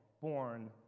born